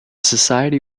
society